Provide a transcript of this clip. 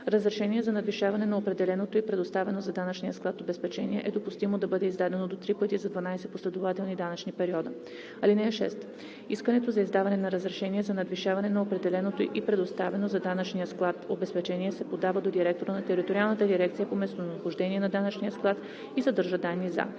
Разрешение за надвишаване на определеното и предоставено за данъчния склад обезпечение е допустимо да бъде издадено до три пъти за 12 последователни данъчни периода. (6) Искането за издаване на разрешение за надвишаване на определеното и предоставено за данъчния склад обезпечение се подава до директора на териториалната дирекция по местонахождение на данъчния склад и съдържа данни за: